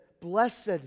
Blessed